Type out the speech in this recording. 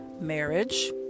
marriage